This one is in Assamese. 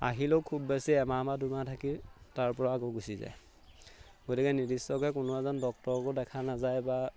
আহিলেও খুব বেছি এমাহ মা দুমাহ থাকি তাৰ পৰা আকৌ গুচি যায় গতিকে নিৰ্দিষ্টকে কোনো এজন ডক্টৰকো দেখা নাযায় বা